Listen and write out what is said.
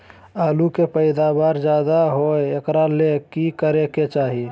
आलु के पैदावार ज्यादा होय एकरा ले की करे के चाही?